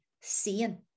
seeing